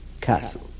castle